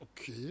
okay